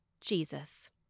Jesus